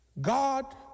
God